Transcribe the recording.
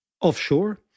offshore